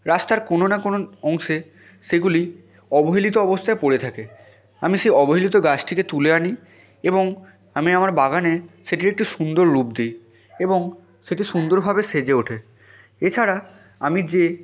রাস্তার কোনো না কোনো অংশে সেগুলি অবহেলিত অবস্থায় পড়ে থাকে আমি সে অবহেলিত গাছটিকে তুলে আনি এবং আমি আমার বাগানে সেটির একটি সুন্দর রূপ দিই এবং সেটি সুন্দরভাবে সেজে ওঠে এছাড়া আমি যে